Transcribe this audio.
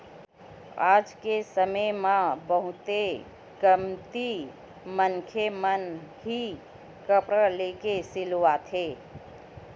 आज के समे म बहुते कमती मनखे मन ही कपड़ा लेके सिलवाथे